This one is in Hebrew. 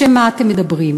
בשם מה אתם מדברים?